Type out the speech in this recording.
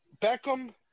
Beckham